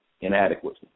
inadequacy